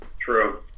True